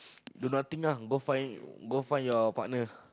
do nothing ah go find go find your partner